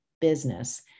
business